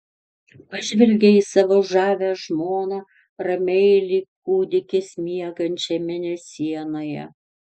pažvelgė į savo žavią žmoną ramiai lyg kūdikis miegančią mėnesienoje